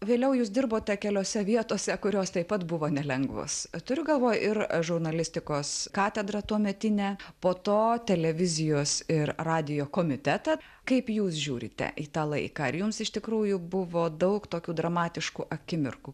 vėliau jūs dirbote keliose vietose kurios taip pat buvo nelengvos turiu galvoj ir žurnalistikos katedrą tuometinę po to televizijos ir radijo komitetą kaip jūs žiūrite į tą laiką ar jums iš tikrųjų buvo daug tokių dramatiškų akimirkų